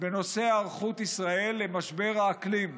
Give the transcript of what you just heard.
בנושא היערכות ישראל למשבר האקלים.